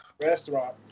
restaurant